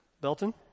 Belton